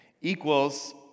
equals